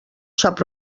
sap